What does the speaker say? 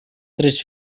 tres